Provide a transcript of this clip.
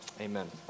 amen